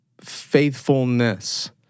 faithfulness